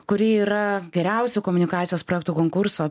kuri yra geriausio komunikacijos projekto konkurso